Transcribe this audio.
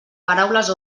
paraules